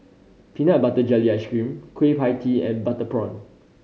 peanut butter jelly ice cream Kueh Pie Tee and butter prawn